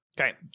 Okay